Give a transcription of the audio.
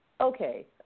okay